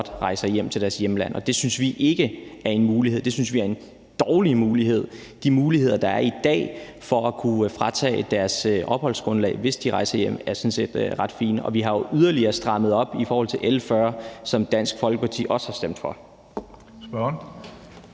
rejser hjem til deres hjemland, og det synes vi ikke er en mulighed. Det synes vi er en dårlig mulighed. De muligheder, der er i dag, for at kunne fratage folk deres opholdstilladelse, hvis de rejser hjem, er sådan set ret fine, og vi har jo yderligere strammet op i forhold til L 40, som Dansk Folkeparti også har stemt for.